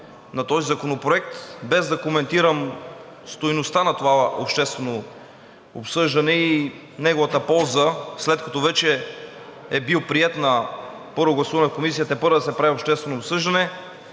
на този законопроект, без да коментирам стойността на това обществено обсъждане и неговата полза, след като вече е бил приет на първо гласуване от Комисията, тепърва да се прави обществено обсъждане,